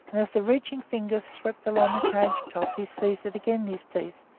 and as the reaching finger swept along the cage top he seized it again his teeth,